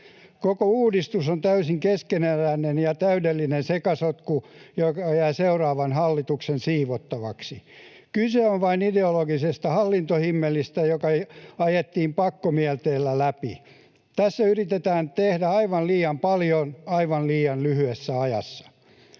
Koko uudistus on täysin keskeneräinen ja täydellinen sekasotku, joka jää seuraavan hallituksen siivottavaksi. Kyse on vain ideologisesta hallintohimmelistä, joka ajettiin pakkomielteellä läpi. Tässä yritetään tehdä aivan liian paljon aivan liian lyhyessä ajassa.